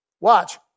watch